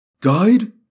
Guide